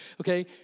Okay